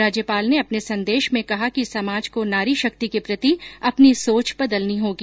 राज्यपाल ने अपने संदेश में कहा कि समाज को नारी शक्ति के प्रति अपनी सोच बदलनी होगी